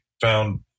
found